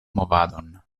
movadon